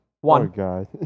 One